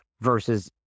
versus